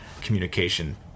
communication